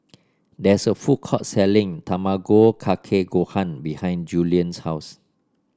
there is a food court selling Tamago Kake Gohan behind Julian's house